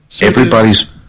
Everybody's